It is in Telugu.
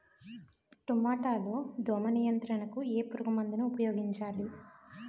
టమాటా లో దోమ నియంత్రణకు ఏ పురుగుమందును ఉపయోగించాలి?